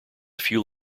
few